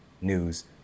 news